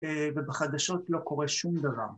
‫ובחדשות לא קורה שום דבר.